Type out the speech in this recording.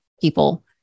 people